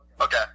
Okay